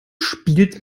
spielt